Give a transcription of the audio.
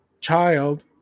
child